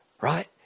Right